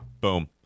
boom